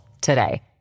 today